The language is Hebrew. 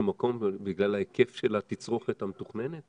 מקום בגלל ההיקף של התצרוכת המתוכננת?